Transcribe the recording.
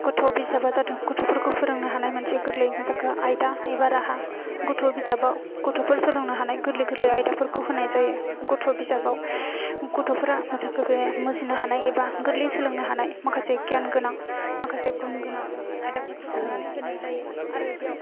गथ' बिजाबा जादों गथ'फोरखौ फोरोंनो हानाय मोनसे गोरलै जखा आयदा एबा राहा गथ' बिजाबाव गथ'फोर सोलोंनो हानाय गोरलै गोरलै आयदाफोरखौ होनाय जायो गथ' बिजाबाव बे गथ'फोरा मा जेखौ बे मुजिनो हानाय एबा गोरलैयै सोलोंनो हानाय माखासे गियानगोनां माखासे गुनगोनां आयदाफोरखौ सोनानै होनाय जायो आरो बेयाव